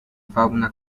fauna